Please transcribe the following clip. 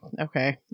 okay